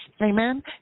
Amen